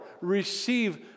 Receive